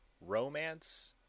romance